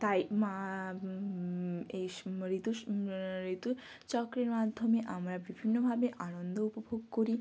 তাই এই ঋতু ঋতু চক্রের মাধ্যমে আমরা বিভিন্নভাবে আনন্দ উপভোগ করি